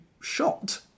shot